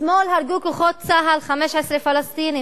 אתמול הרגו כוחות צה"ל 15 פלסטינים,